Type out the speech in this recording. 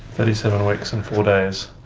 thirty seven weeks and four days.